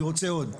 אני רוצה עוד.